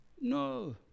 No